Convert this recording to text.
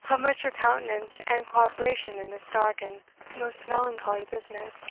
how much your countenance and cooperation in this dark and most melancholy business